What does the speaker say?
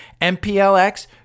MPLX